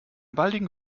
baldigen